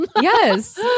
yes